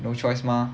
no choice mah